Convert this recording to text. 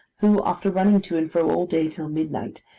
who, after running to and fro all day till midnight,